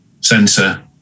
sensor